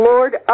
Lord